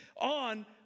on